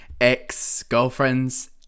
ex-girlfriends